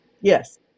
Yes